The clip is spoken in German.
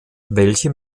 welche